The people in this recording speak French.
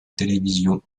télévision